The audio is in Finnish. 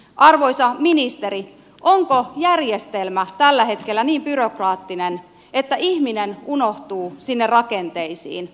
arvoisa ministeri onko järjestelmä tällä hetkellä niin byrokraattinen että ihminen unohtuu sinne rakenteisiin